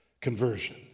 Conversion